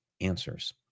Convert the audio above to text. answers